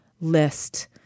list